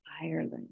ireland